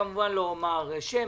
כמובן לא אומר את שמו,